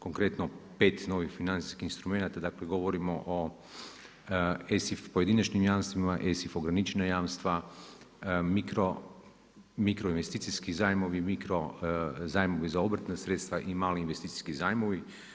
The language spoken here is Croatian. Konkretno, pet novih financijskih instrumenata, dakle govorimo o ESIF pojedinačnim jamstvima, ESIF ograničena jamstva, mikro investicijski zajmovi, mikro zajmovi za obrtna sredstva i mali investicijski zajmovi.